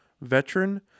veteran